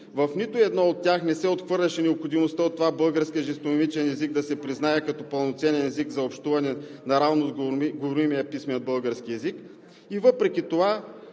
в нито едно от тях не се отхвърляше необходимостта от това българският жестомимичен език да се признае като пълноценен език за общуване наравно с говоримия писмен български език,